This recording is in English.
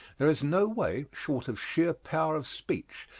there is no way, short of sheer power of speech,